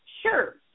Sure